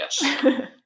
yes